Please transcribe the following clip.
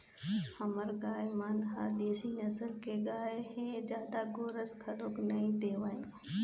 हमर गाय मन ह देशी नसल के गाय हे जादा गोरस घलोक नइ देवय